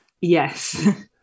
Yes